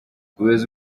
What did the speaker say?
ubuyobozi